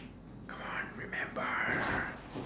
come on remember